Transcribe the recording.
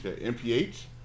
MPH